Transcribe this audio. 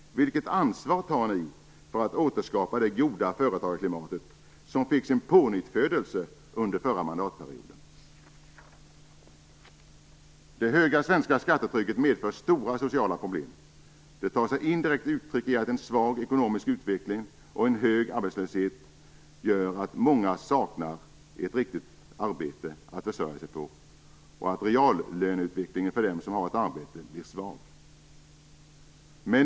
Vilket ansvar tar ni för att återskapa det goda företagarklimat som fick sin pånyttfödelse under förra mandatperioden? Det höga svenska skattetrycket medför stora sociala problem. Det tar sig indirekt uttryck i att en svag ekonomisk utveckling och en hög arbetslöshet gör att många saknar ett riktigt arbete att försörja sig på och att reallöneutvecklingen för dem som har ett arbete blir svag.